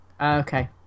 Okay